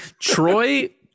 Troy